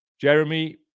jeremy